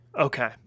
Okay